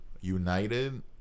united